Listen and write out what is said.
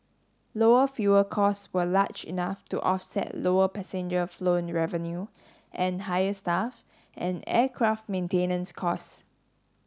lower fuel costs were large enough to offset lower passenger flown revenue and higher staff and aircraft maintenance costs